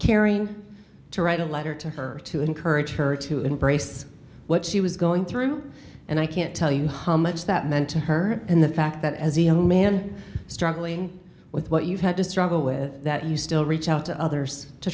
caring to write a letter to her to encourage her to embrace what she was going through and i can't tell you her much that meant to her and the fact that as a young man struggling with what you've had to struggle with that you still reach out to others to